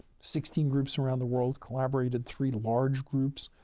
sixteen groups around the world collaborated, three large groups.